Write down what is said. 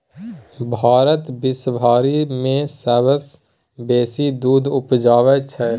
भारत विश्वभरि मे सबसँ बेसी दूध उपजाबै छै